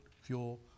fuel